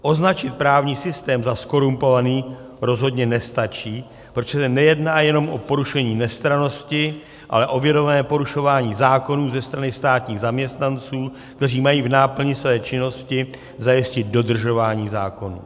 Označit právní systém za zkorumpovaný rozhodně nestačí, protože se nejedná jenom o porušení nestrannosti, ale o vědomé porušování zákonů ze strany státních zaměstnanců, kteří mají v náplni svoji činnosti zajistit dodržování zákonů.